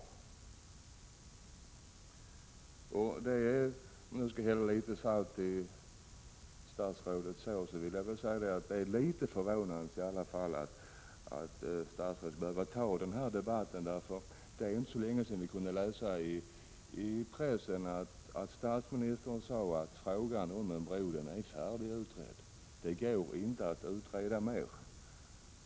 Det är — om jag nu skall hälla litet salt i statsrådets sår — förvånansvärt att statsrådet behöver ta upp den här debatten nu. För inte så länge sedan kunde vi läsa i pressen att statsministern sagt att frågan om en bro är färdigutredd. Det går inte att utreda mera.